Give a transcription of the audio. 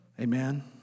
Amen